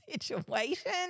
situation